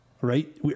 right